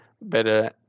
better